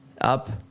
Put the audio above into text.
up